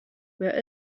where